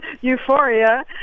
Euphoria